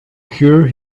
cure